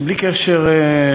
שבלי קשר,